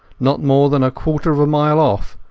not more than a quarter of a mile off,